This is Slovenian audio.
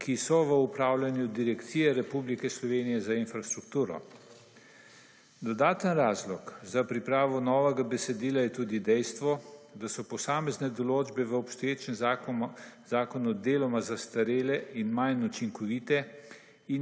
ki so v upravljanju Direkcije Republike za infrastrukturo. Dodaten razlog za pripravo novega besedila je tudi dejstvo, da so posamezne določbe v obstoječem zakonu deloma zastarele in manj učinkovite,